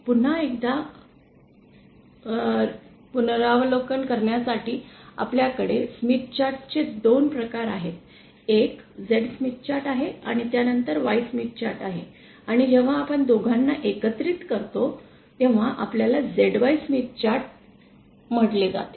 पुन्हा एकदा पुनरावलोकन करण्यासाठी आपल्याकडे स्मिथ चार्ट चे दोन प्रकार आहेत एक Z स्मिथ चार्ट आहे त्यानंतर एक Y स्मिथ चार्ट आहे आणि जेव्हा आपण दोघांना एकत्र करतो तेव्हा आपल्याला ZY स्मिथ चार्ट म्हटले जाते